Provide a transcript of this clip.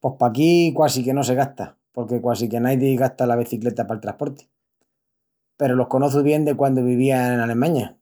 Pos paquí quasi que no se gasta porque quasi que naidi gasta la becicleta pal trasporti. Peru los conoçu bien de quandu vivía en Alemaña.